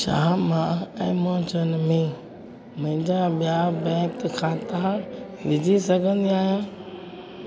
छा मां ऐमज़ॉन में मुंहिंजा ॿिया बैंक खाता विझी सघंदी आहियां